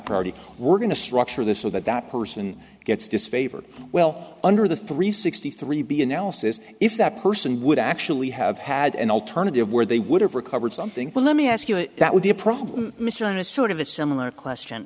priority we're going to structure this so that that person gets disfavored well under the three sixty three b analysis if that person would actually have had an alternative where they would have recovered something well let me ask you that would be a problem mr on a sort of a similar question